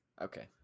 Okay